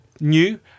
new